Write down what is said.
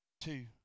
Two